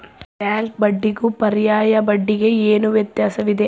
Bank ಬಡ್ಡಿಗೂ ಪರ್ಯಾಯ ಬಡ್ಡಿಗೆ ಏನು ವ್ಯತ್ಯಾಸವಿದೆ?